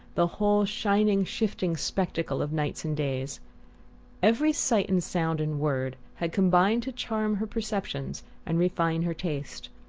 the whole shining shifting spectacle of nights and days every sight and sound and word had combined to charm her perceptions and refine her taste.